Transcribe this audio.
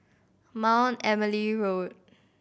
Mount Emily Road